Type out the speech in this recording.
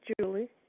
Julie